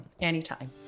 Anytime